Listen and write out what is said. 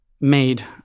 made